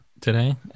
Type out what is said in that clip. today